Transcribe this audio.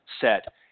set